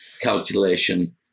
calculation